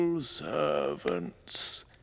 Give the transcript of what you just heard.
servants